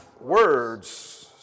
words